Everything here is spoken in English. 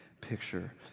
picture